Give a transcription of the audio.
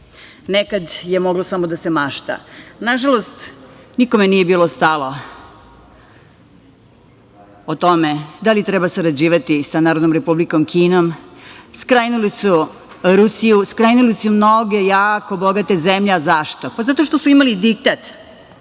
nekad je moglo samo da se mašta. Nažalost, nikome nije bilo stalo u tome da li treba sarađivati sa Narodnom Republikom Kinom. Skrajnuli su Rusiju, skrajnuli su i mnoge jako bogate zemlje. A zašto? Pa, zato što su imali diktat